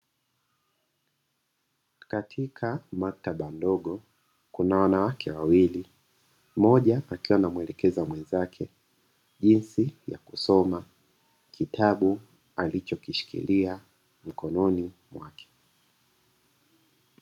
Katika maktaba ndogo kuna wanawake wawili mmoja akiwa anamuelekeza mwenzake, jinsi ya kusoma kitabu alichokishikilia mikononi mwake.